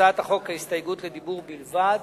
להצעת החוק יש הסתייגות לדיבור בלבד.